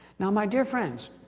now my dear friends,